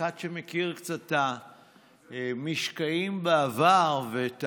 כאחד שמכיר קצת את המשקעים בעבר ואת